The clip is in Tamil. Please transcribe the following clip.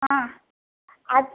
ஆ அத்